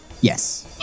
Yes